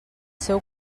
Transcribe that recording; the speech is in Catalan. seu